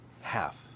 half